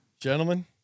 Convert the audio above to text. gentlemen